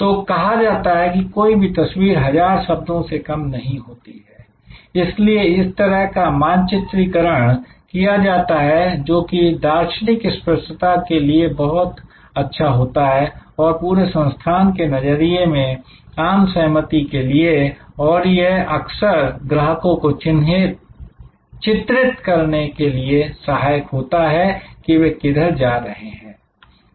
तो कहां जाता है कि कोई भी तस्वीर हजार शब्दों से कम नहीं होती है इसलिए इस तरह का मानचित्रिकरण किया जाता है जो कि दार्शनिक स्पष्टता के लिए बहुत अच्छा होता है और पूरे संस्थान के नजरिए में आम सहमति के लिए और यह अक्सर ग्राहकों को चित्रित करने के लिए सहायक होता है कि वे किधर जा रहे है